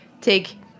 take